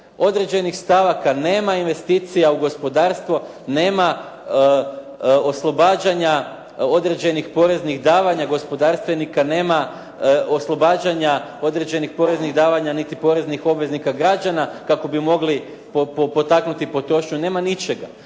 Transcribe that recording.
određenih stavaka, nema investicija u gospodarstvo, nema oslobađanja određenih poreznih davanja gospodarstvenika, nema oslobađanja određenih poreznih davanja niti poreznih obveznika građana kako bi mogli potaknuti potrošnju. Nema ničega.